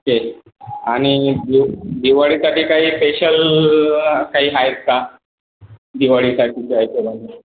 आणि दिव दिवाळीसाठी काही स्पेशल काही आहेत का दिवाळीसाठी घ्यायचं झालं तर